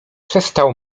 przestał